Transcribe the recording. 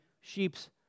sheep's